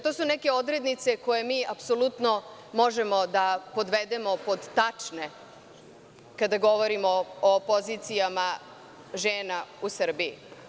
To su neke odrednice koje mi apsolutno možemo da podvedemo pod tačne kada govorimo o pozicijama žena u Srbiji.